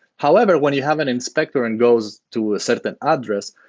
however, when you have an inspector and goes to a certain address,